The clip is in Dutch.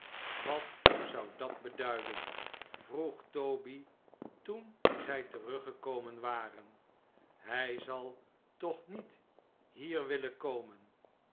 wat zou dat beduiden vroeg toby toen zij teruggekomen waren hij zal toch niet hier willen komen